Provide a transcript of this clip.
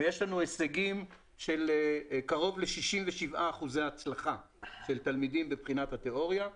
ויש לנו הישגים של קרוב ל-67 אחוזי הצלחה של תלמידים בבחינת התיאוריה.